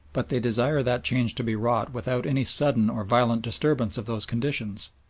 but they desire that change to be wrought without any sudden or violent disturbance of those conditions.